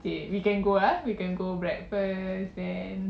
okay we can go ah we can go breakfast then